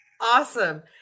awesome